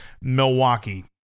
milwaukee